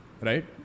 Right